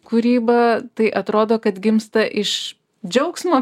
kūrybą tai atrodo kad gimsta iš džiaugsmo